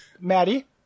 Maddie